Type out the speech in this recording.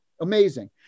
Amazing